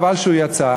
חבל שהוא יצא,